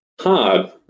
hard